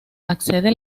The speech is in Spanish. accede